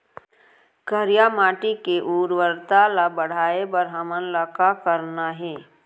करिया माटी के उर्वरता ला बढ़ाए बर हमन ला का करना हे?